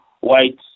white